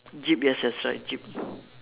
jeep yes yes right jeep